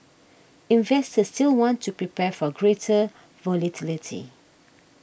investors will want to prepare for greater volatility